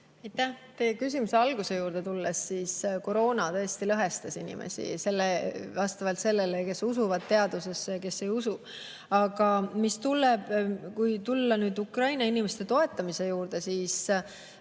Teie küsimuse alguse juurde tulles, siis koroona tõesti lõhestas inimesi – vastavalt sellele, kes usuvad teadusesse ja kes ei usu. Aga kui tulla Ukraina inimeste toetamise juurde, siis